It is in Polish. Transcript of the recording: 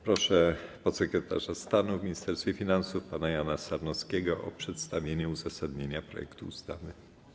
Proszę podsekretarza stanu w Ministerstwie Finansów pana Jana Sarnowskiego o przedstawienie uzasadnienia projektu ustawy.